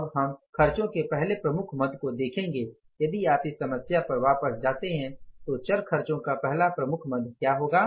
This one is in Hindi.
अब हम खर्चों के पहले प्रमुख मद को देखेंगे यदि आप इस समस्या पर वापस जाते है तो चर खर्चों का पहला प्रमुख मद क्या होगा